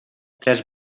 tres